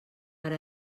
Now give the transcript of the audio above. per